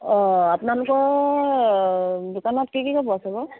অঁ আপোনালোকৰ দোকানত কি কি কাপোৰ আছে বাৰু